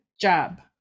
job